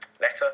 letter